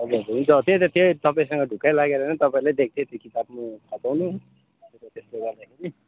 हजुर हुन्छ त्यही त त्यही तपाईँसँग ढुक्कै लागेर नै तपाईँलाई दिएको थिएँ त्यो किताब म छपाउनु तपाईँले त्यसले गर्दाखेरि